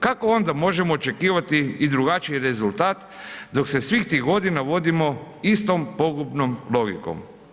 Kako onda možemo očekivati i drugačiji rezultat dok se svih tih godina vodimo istom pogubnom logikom?